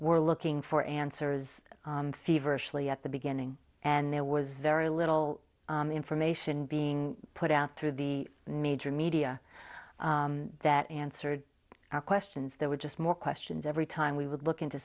were looking for answers feverish lee at the beginning and there was very little information being put out through the major media that answered our questions there were just more questions every time we would look into